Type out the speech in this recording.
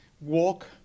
walk